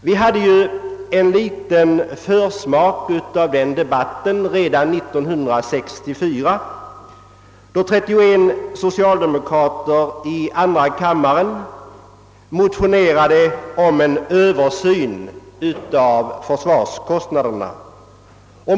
Vi fick en liten försmak av den debatten redan 1964, då 31 socialdemokrater i andra kammaren motionerade om en översyn av försvarskostnaderna.